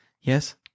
Yes